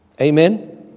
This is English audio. Amen